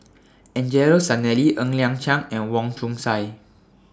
Angelo Sanelli Ng Liang Chiang and Wong Chong Sai